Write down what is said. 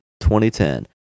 2010